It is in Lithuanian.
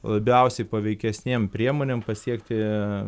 labiausiai paveikesnėm priemonėm pasiekti